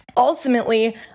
Ultimately